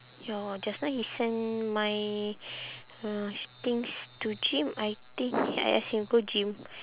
ya just now he send my uh things to gym I think I ask him go gym